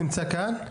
זאת אומרת,